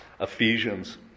Ephesians